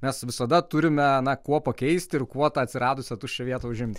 mes visada turime na kuo pakeisti ir kuo tą atsiradusią tuščią vietą užimti